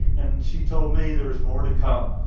and she told me there was more to come.